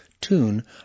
tune